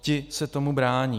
Ti se tomu brání.